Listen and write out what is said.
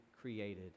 created